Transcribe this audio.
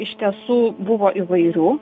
iš tiesų buvo įvairių